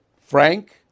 Frank